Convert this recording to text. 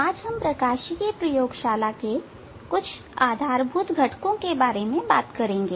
आज हम प्रकाशिकी प्रयोगशाला के कुछ आधारभूत घटकों के बारे में बात करेंगे